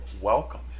welcome